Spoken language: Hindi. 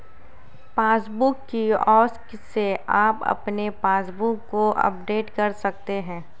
पासबुक किऑस्क से आप अपने पासबुक को अपडेट कर सकते हैं